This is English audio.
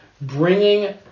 bringing